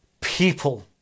people